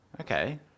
Okay